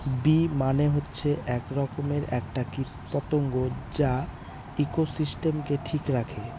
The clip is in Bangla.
বী মানে হচ্ছে এক রকমের একটা কীট পতঙ্গ যে ইকোসিস্টেমকে ঠিক রাখে